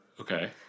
okay